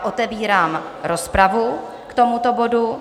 Otevírám rozpravu k tomuto bodu.